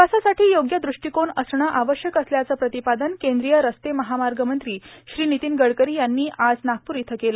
विकासासाठी योग्य दृष्टिकोन असणं आवश्यक असल्याचं प्रतिपादन केंद्रीय रस्ते महामार्ग मंत्री श्री नितीन गडकरी यांनी आज नागपूर इथं केलं